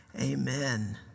amen